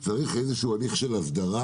צריך איזה הליך של הסדרה